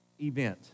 event